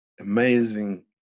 amazing